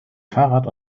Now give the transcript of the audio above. fahrrad